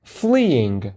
fleeing